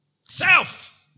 Self